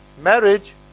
Marriage